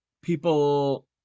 People